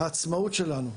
בנוסף, העצמאות שלנו.